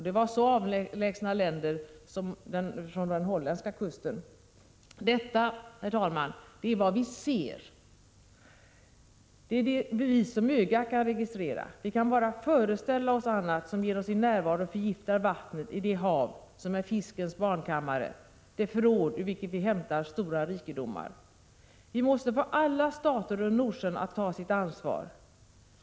De var från avlägsna länder, bl.a. från Holland: Detta, herr talman, är vad vi ser! Det är de bevis som ögat kan registrera. Vi kan bara föreställa oss annat som genom sin närvaro förgiftar vattnet i det hav som är fiskens barnkammare — det förråd ur vilket vi hämtar stora rikedomar. Vi måste få alla stater runt Nordsjön att ta sitt ansvar.